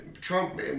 Trump